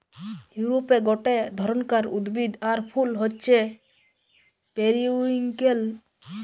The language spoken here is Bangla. ইউরোপে গটে ধরণকার উদ্ভিদ আর ফুল হচ্ছে পেরিউইঙ্কেল